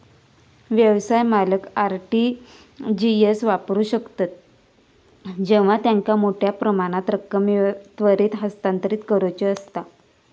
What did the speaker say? व्यवसाय मालक RTGS वापरू शकतत जेव्हा त्यांका मोठ्यो प्रमाणात रक्कम त्वरित हस्तांतरित करुची असता